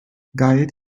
gayet